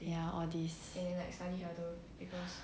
ya all these